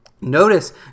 Notice